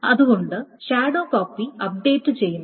അതുകൊണ്ട് shadow copy അപ്ഡേറ്റുചെയ്തു